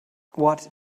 what